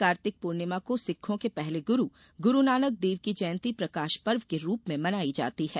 कार्तिक पूर्णिमा को सिक्खों के पहले गुरू गुरूनानक देव की जयंती प्रकाश पर्व के रूप में मनाया जाता है